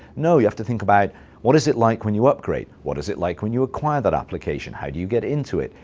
no. you have to think about what is it like when you upgrade? what is it like when you acquire that application? how do you get into it?